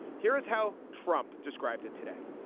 here is how trump described it today.